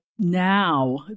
Now